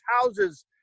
houses